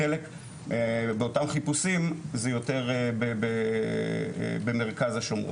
ובאותם חיפושים זה יותר במרכז השומרון.